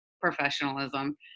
professionalism